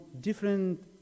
different